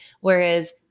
Whereas